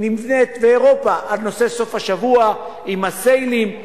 ואירופה נבנות על נושא סוף-השבוע עם ה"סיילים",